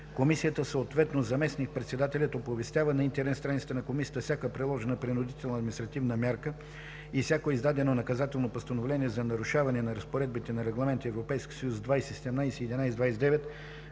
Комисията, съответно заместник-председателят, оповестява на интернет страницата на комисията всяка приложена принудителна административна мярка и всяко издадено наказателно постановление за нарушаване на разпоредбите на Регламент (ЕС) 2017/1129,